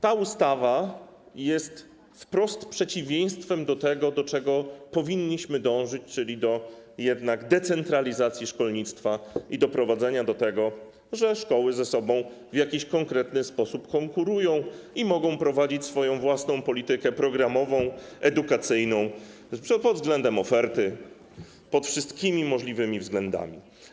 Ta ustawa jest wprost przeciwieństwem tego, do czego powinniśmy dążyć, czyli do decentralizacji szkolnictwa i doprowadzenia do tego, żeby szkoły ze sobą w jakiś konkretny sposób konkurowały i mogły prowadzić swoją własną politykę programową, edukacyjną pod względem oferty i pod wszystkimi możliwymi względami.